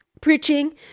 preaching